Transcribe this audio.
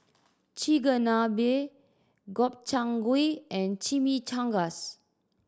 Chigenabe Gobchang Gui and Chimichangas